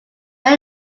that